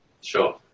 Sure